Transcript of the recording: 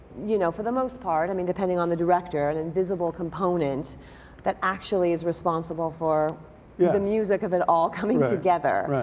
you know for the most part. i mean depending on the director an invisible component that actually is responsible for yeah the music of it all coming together. right,